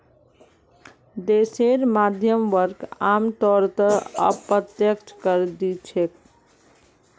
देशेर मध्यम वर्ग आमतौरत अप्रत्यक्ष कर दि छेक